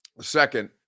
Second